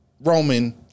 Roman